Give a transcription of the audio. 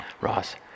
Ross